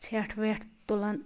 ژھیٚٹھ ویٚٹھ تُلان